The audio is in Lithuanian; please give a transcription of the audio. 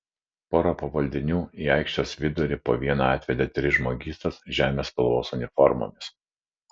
pora pavaldinių į aikštės vidurį po vieną atvedė tris žmogystas žemės spalvos uniformomis